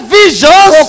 visions